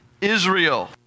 Israel